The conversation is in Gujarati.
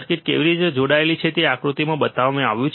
સર્કિટ કેવી રીતે જોડાયેલ છે તે આકૃતિમાં બતાવવામાં આવ્યું છે